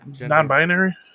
non-binary